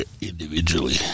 individually